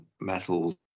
metals